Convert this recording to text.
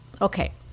okay